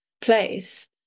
place